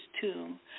tomb